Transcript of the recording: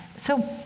so,